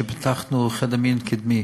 שפתחנו חדר מיון קדמי.